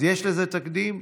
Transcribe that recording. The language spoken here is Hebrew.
אז יש לזה תקדים,